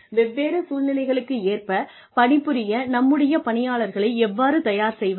வெவ்வேறு சூழ்நிலைகளுக்கு ஏற்ப பணிபுரிய நம்முடைய பணியாளர்களை எவ்வாறு தயார் செய்வது